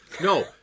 No